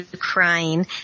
crying